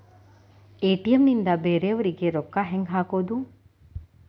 ATM ನಿಂದ ಬೇರೆಯವರಿಗೆ ರೊಕ್ಕ ಹೆಂಗ್ ಹಾಕೋದು?